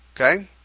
Okay